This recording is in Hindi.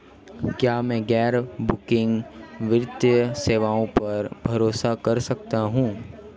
क्या मैं गैर बैंकिंग वित्तीय सेवाओं पर भरोसा कर सकता हूं?